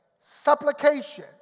supplication